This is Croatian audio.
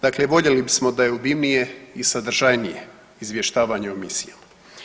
Dakle, voljeli bismo da je obimnije i sadržajnije izvještavanje o misijama.